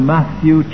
Matthew